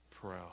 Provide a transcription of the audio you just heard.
proud